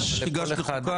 תיגש לחוקה.